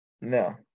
No